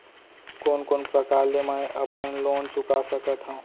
कोन कोन प्रकार ले मैं अपन लोन चुका सकत हँव?